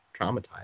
traumatized